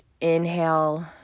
inhale